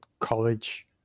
college